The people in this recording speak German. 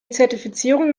zertifizierung